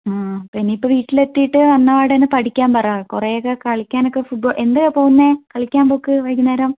ആഹ് ഇനിയിപ്പോൾ വീട്ടിലെത്തിയിട്ട് വന്നപാടെതന്നെ പഠിക്കാൻ പറ കുറേയൊക്കെ കളിക്കാൻ ഒക്കെ എന്തിനാണ് പോകുന്നത് കളിയ്ക്കാൻ പോക്ക് വൈകുന്നേരം